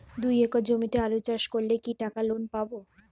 দুই একর জমিতে আলু চাষ করলে কি টাকা লোন পাবো?